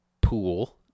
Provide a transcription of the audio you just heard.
pool